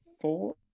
four